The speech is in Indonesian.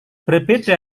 berbeda